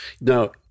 Now